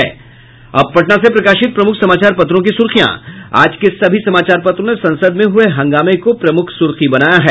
अब पटना से प्रकाशित प्रमुख समाचार पत्रों की सुर्खियां आज के सभी समाचार पत्रों ने संसद में हुये हंगामे को प्रमुख सुर्खी बनाया है